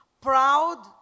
proud